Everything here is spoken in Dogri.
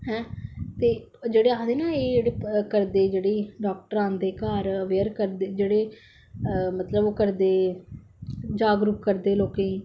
हैं ते जेहडे़ आक्खदे ना एह् करदे जेहडे़ डाॅक्टर आंदे घार अवेयर करदे जेहडे मतलब ओह् करदे जागरुक करदे लोकें गी